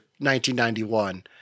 1991